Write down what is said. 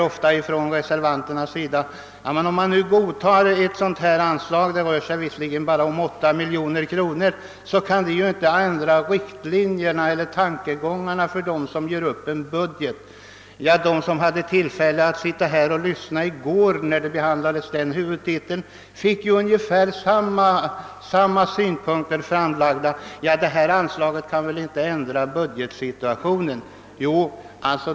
De som reserverat sig i fråga om olika anslag — nu gäller det cirka 8 miljoner kronor — säger ofta att ett bifall till reservationsförslagen inte kan ändra förutsättningarna för dem som drar upp riktlinjerna för budgeten. Så sade man även i går vid behandlingen av en huvudtitel — det och det anslaget ansågs inte kunna ändra budgetsituationen.